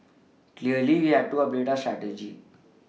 clearly we had to update our strategy